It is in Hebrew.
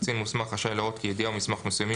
קצין מוסמך רשאי להורות כי ידיעה או מסמך מסוימים